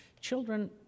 children